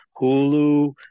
Hulu